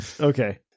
okay